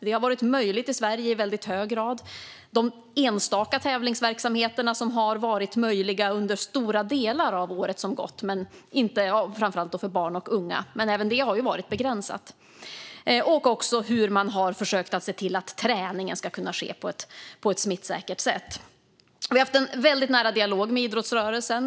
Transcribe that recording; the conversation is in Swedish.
Det har varit möjligt i Sverige i väldigt hög grad. Även enstaka tävlingsverksamheter har varit möjliga under stora delar av året som gått, framför allt för barn och unga, även om de har varit begränsade. Man har också försökt se till att träningen kan ske på ett smittsäkert sätt. Vi har haft en väldigt nära dialog med idrottsrörelsen.